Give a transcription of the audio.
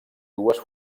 dues